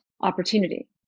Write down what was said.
opportunity